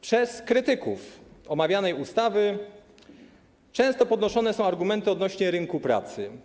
Przez krytyków omawianej ustawy często podnoszone są argumenty odnośnie do rynku pracy.